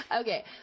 okay